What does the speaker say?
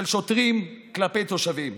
של שוטרים כלפי תושבים,